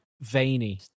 Veiny